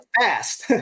fast